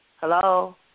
Hello